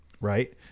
right